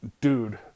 dude